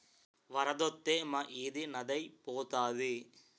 వరదొత్తే మా ఈది నదే ఐపోతాది